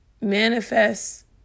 manifest